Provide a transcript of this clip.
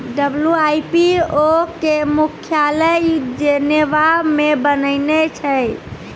WIPO के मुख्यालय Geneva मे बनैने छै